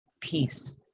peace